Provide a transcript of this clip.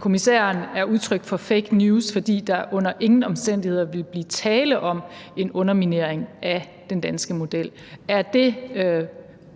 kommissæren er udtryk for fake news, fordi der under ingen omstændigheder ville blive tale om en underminering af den danske model. Er det en